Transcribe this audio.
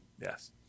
Yes